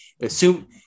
assume